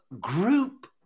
group